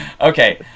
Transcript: Okay